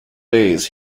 days